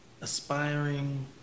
aspiring